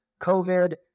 COVID